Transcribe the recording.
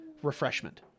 refreshment